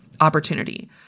opportunity